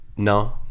No